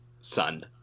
son